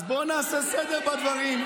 אז בואו נעשה סדר בדברים.